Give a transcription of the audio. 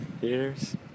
Theaters